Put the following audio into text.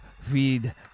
feed